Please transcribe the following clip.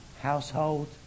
household